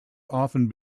often